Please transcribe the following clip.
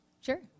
Sure